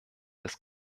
des